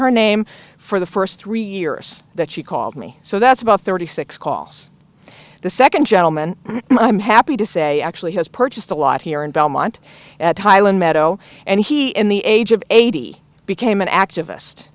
her name for the first three years that she called me so that's about thirty six calls the second gentleman i'm happy to say actually has purchased a lot here in belmont at highland meadow and he in the age of eighty became an activist